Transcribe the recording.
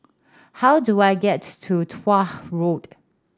how do I get to Tuah Road